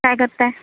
काय करत आहे